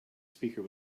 speaker